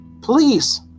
Please